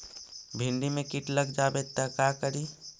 भिन्डी मे किट लग जाबे त का करि?